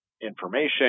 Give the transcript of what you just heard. information